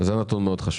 זה נתון מאוד חשוב.